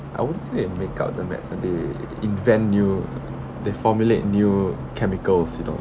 I won't say that they make up the medicine they invent new they formulate new chemicals you know